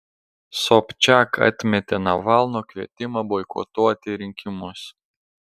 sobčiak atmetė navalno kvietimą boikotuoti rinkimus